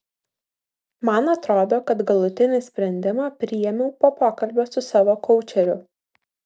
man atrodo kad galutinį sprendimą priėmiau po pokalbio su savo koučeriu